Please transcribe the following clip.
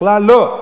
בכלל לא.